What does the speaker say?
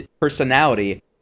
personality